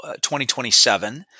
2027